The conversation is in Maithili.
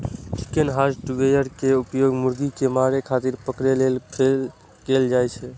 चिकन हार्वेस्टर के उपयोग मुर्गी कें मारै खातिर पकड़ै लेल कैल जाइ छै